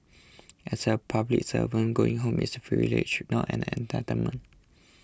as a public servant going home is privilege not an entitlement